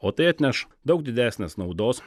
o tai atneš daug didesnės naudos